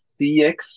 CX